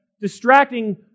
distracting